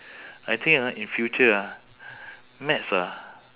I think ah in future ah maths ah